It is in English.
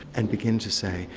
and begin to say,